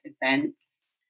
events